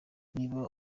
niba